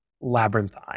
labyrinthine